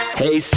hey